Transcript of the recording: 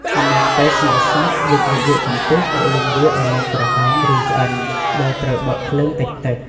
អំឡុងពេលស្ងោរសាច់ យើងអាចយកកំពឹស មកលីងវាឱ្យឡើងក្រហមឬឆ្អិន ដោយត្រូវបើកភ្លើងតិចៗ។